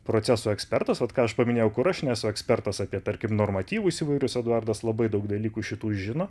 procesų ekspertas vat ką aš paminėjau kur aš nesu ekspertas apie tarkim normatyvus įvairius eduardas labai daug dalykų šitų žino